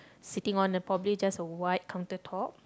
sitting on a probably just a white countertop